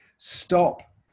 stop